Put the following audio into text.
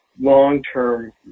long-term